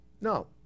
No